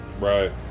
right